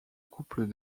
couple